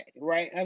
right